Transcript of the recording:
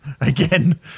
again